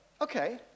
Okay